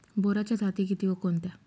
बोराच्या जाती किती व कोणत्या?